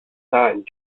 died